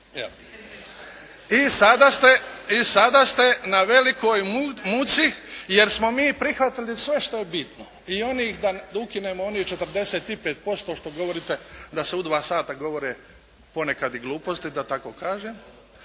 I sada ste na velikoj muci jer smo mi prihvatili sve što je bitno. I onih da ukinemo onih 45% što govorite da se u dva sata govore ponekad i gluposti, da tako kažem.